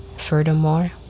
Furthermore